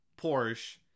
Porsche